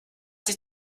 sich